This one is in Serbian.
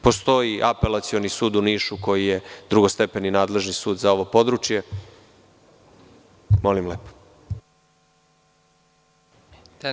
Postoji Apelacioni sud u Nišu koji je drugostepeni nadležni sud za ovo područje, molim lepo.